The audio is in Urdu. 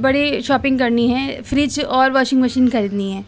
بڑی شاپنگ کرنی ہے فریج اور واشنگ مشین خریدنی ہے